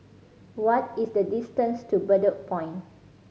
what is the distance to Bedok Point